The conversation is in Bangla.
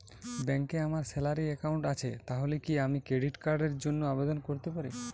ব্যাংকে আমার স্যালারি অ্যাকাউন্ট আছে তাহলে কি আমি ক্রেডিট কার্ড র জন্য আবেদন করতে পারি?